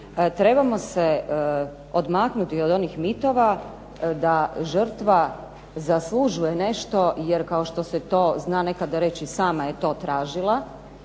trebamo se odmaknuti od onih mitova, da žrtva zaslužuje nešto, jer kao što se to zna nekada reći, sama je to tražila.